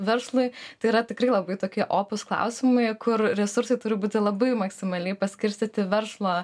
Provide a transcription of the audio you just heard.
verslui tai yra tikrai labai tokie opūs klausimai kur resursai turi būti labai maksimaliai paskirstyti verslo